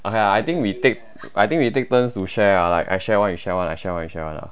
okay lah I think we take I think we take turns to share lah like I share one you share one I share one you share one